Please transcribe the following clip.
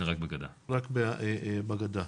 רק בגדה.